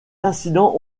incidents